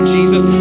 Jesus